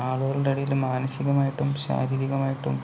ആളുകളുടെ ഇടയിൽ മാനസികമായിട്ടും ശാരീരികമായിട്ടും